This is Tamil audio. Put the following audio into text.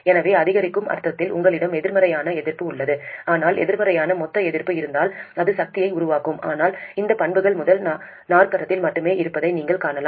எனவே அதிகரிக்கும் அர்த்தத்தில் உங்களிடம் எதிர்மறையான எதிர்ப்பு உள்ளது ஆனால் எதிர்மறையான மொத்த எதிர்ப்பு இருந்தால் அது சக்தியை உருவாக்கும் ஆனால் இந்த பண்புகள் முதல் நாற்கரத்தில் மட்டுமே இருப்பதை நீங்கள் காணலாம்